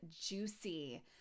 juicy